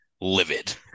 livid